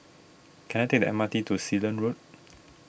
can I take the M R T to Sealand Road